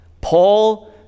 Paul